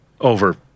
over